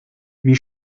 wie